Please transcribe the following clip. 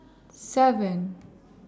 seven